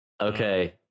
Okay